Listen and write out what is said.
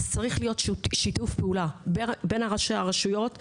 אז צריך להיות שיתוף פעולה בין ראשי הרשויות לביננו.